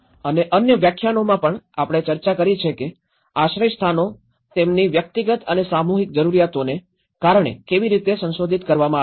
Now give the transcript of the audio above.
અને અન્ય વ્યાખ્યાનોમાં પણ આપણે ચર્ચા કરી છે કે આશ્રયસ્થાનો તેમની વ્યક્તિગત અને સામૂહિક જરૂરિયાતોને કારણે કેવી રીતે સંશોધિત કરવામાં આવ્યા છે